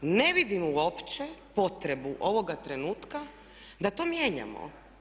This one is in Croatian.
Ne vidim uopće potrebu ovoga trenutka da to mijenjamo.